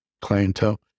clientele